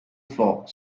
flock